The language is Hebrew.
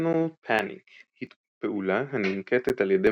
Kernel panic היא פעולה הננקטת על ידי